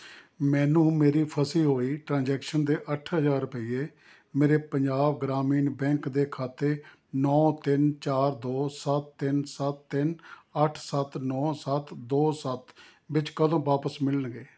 ਮੈਨੂੰ ਮੇਰੀ ਫਸੀ ਹੋਈ ਟ੍ਰਾਂਜੈਕਸ਼ਨ ਦੇ ਅੱਠ ਹਜ਼ਾਰ ਰੁਪਈਏ ਮੇਰੇ ਪੰਜਾਬ ਗ੍ਰਾਮੀਣ ਬੈਂਕ ਦੇ ਖਾਤੇ ਨੌ ਤਿੰਨ ਚਾਰ ਦੋ ਸੱਤ ਤਿੰਨ ਸੱਤ ਤਿੰਨ ਅੱਠ ਸੱਤ ਨੌ ਸੱਤ ਦੋ ਸੱਤ ਵਿੱਚ ਕਦੋਂ ਵਾਪਸ ਮਿਲਣਗੇ